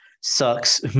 sucks